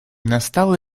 настало